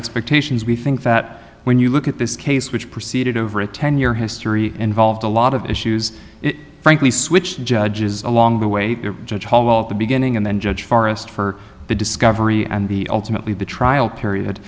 expectations we think that when you look at this case which proceeded over ten year history involved a lot of issues it frankly switched the judges along the way at the beginning and then judge forest for the discovery and the ultimately the trial period